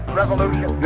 revolution